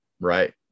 Right